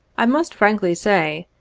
i must frankly say,